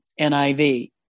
NIV